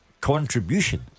Contribution